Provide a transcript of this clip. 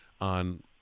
on